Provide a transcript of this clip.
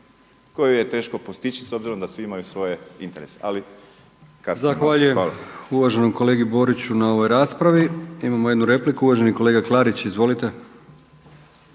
koju je teško postići s obzirom da svi imaju svoje interese. … **Brkić, Milijan (HDZ)** Zahvaljujem uvaženom kolegi Boriću na ovoj raspravi. Imamo jednu repliku, uvaženi kolega Klarić. Izvolite.